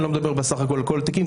אני לא מדבר בסך הכול על כל התיקים.